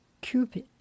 Cupid